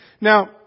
Now